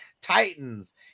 Titans